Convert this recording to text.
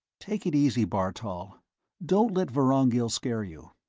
take it easy, bartol don't let vorongil scare you.